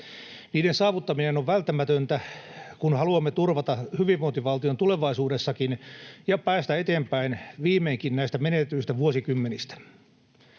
Niiden saavuttaminen on välttämätöntä, kun haluamme turvata hyvinvointivaltion tulevaisuudessakin ja päästä viimeinkin eteenpäin näistä menetetyistä vuosikymmenistä.